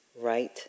right